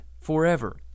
forever